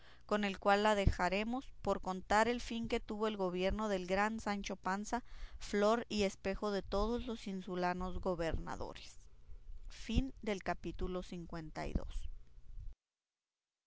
con el cual la dejaremos por contar el fin que tuvo el gobierno del gran sancho panza flor y espejo de todos los insulanos gobernadores capítulo liii